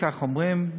כך אומרים,